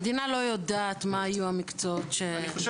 המדינה לא יודעת מה יהיו המקצועות שידרשו.